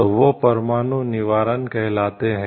तो वह परमाणु निवारण कहलाता है